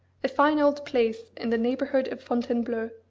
a fine old place in the neighbourhood of fontainebleau,